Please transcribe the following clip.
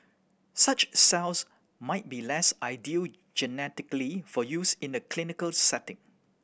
such cells might be less ideal genetically for use in the clinical setting